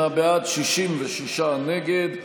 38 בעד, 66 נגד.